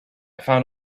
found